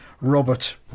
Robert